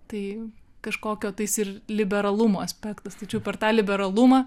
tai kažkokio tais ir liberalumo aspektas tačiau per tą liberalumą